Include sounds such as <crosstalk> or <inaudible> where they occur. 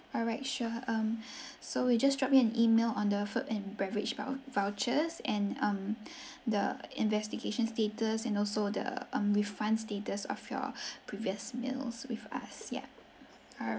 alright sure um <breath> so we'll just drop you an email on the food and beverage vou~ vouchers and um the investigation status and also the um refund status of your <breath> previous meals with us yup alright